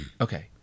Okay